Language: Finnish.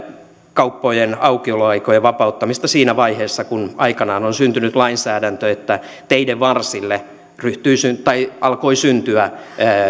kauppojen aukioloaikojen vapauttamista siinä vaiheessa kun aikanaan on syntynyt sellainen lainsäädäntö että teiden varsille alkoi syntyä